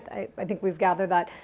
i think we've gathered that.